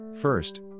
First